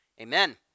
amen